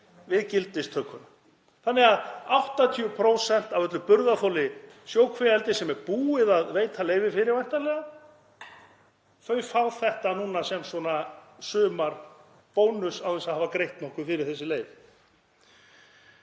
við gildistökuna. Þannig að 80% af öllu burðarþoli sjókvíaeldis sem er væntanlega búið að veita leyfi fyrir fá þetta núna sem svona sumarbónus án þess að hafa greitt nokkuð fyrir þessi leyfi.